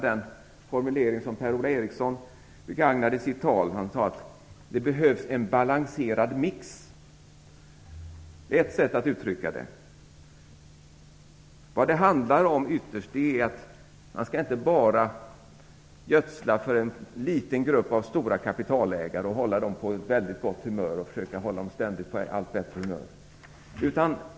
Per-Ola Eriksson sade i sitt anförande att det behövs en "balanserad mix" - det är ett sätt att uttrycka det. Ytterst handlar det om att man inte bara skall gödsla för en liten grupp av stora kapitalägare och ständigt hålla dem på ett väldigt gott och allt bättre humör.